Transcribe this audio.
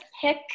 pick